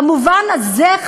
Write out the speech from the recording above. במובן הזה,